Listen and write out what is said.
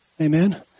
Amen